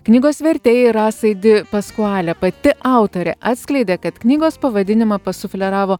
knygos vertėjai rasai di paskualė pati autorė atskleidė kad knygos pavadinimą pasufleravo